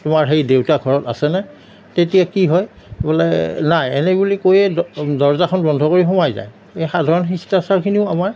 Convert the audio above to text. তোমাৰ সেই দেউতা ঘৰত আছেনে তেতিয়া কি হয় বোলে নাই এনে বুলি কৈয়ে দ দৰ্জাখন বন্ধ কৰি সোমাই যায় এই সাধাৰণ শিষ্টাচাৰখিনিও আমাৰ